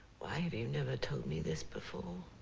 why have you never told me this before?